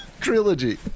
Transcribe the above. Trilogy